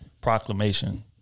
proclamation